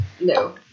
no